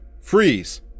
freeze